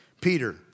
Peter